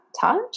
touch